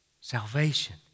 salvation